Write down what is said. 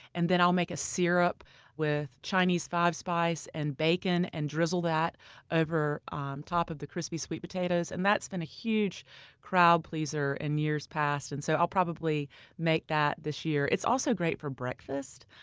and then i'll make a syrup with chinese five-spice and bacon, and drizzle that over the um top of the crispy sweet potatoes. and that's been a huge crowd-pleaser in years past, and so i'll probably make that this year. it's also great for breakfast.